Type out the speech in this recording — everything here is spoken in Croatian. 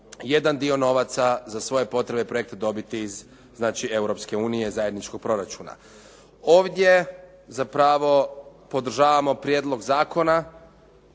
jedan dio novaca za svoje potrebe projekta dobiti iz znači EU, zajedničkog proračuna. Ovdje zapravo podržavamo prijedlog zakona